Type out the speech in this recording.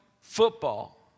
football